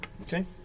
Okay